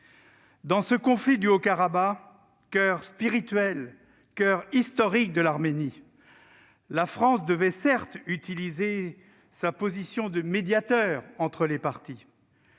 Dans ce conflit du Haut-Karabagh, coeur spirituel et historique de l'Arménie, la France devait, certes, utiliser sa position de médiateur entre les parties.